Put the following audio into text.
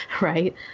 right